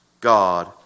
God